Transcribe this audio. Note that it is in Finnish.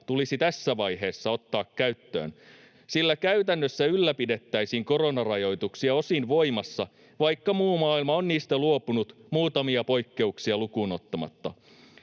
tulisi tässä vaiheessa ottaa käyttöön. Sillä käytännössä ylläpidettäisiin koronarajoituksia osin voimassa, vaikka muu maailma on niistä luopunut muutamia poikkeuksia lukuun ottamatta.